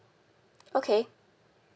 okay